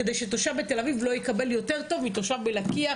כדי שתושב בתל אביב לא יקבל יותר טוב מתושב בלקייה,